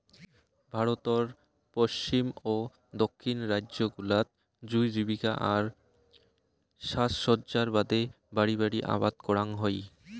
ভারতর পশ্চিম ও দক্ষিণ রাইজ্য গুলাত জুঁই জীবিকা আর সাজসজ্জার বাদে বাড়ি বাড়ি আবাদ করাং হই